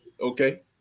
Okay